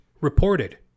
reported